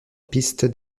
piste